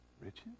Richard